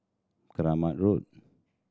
Kramat Road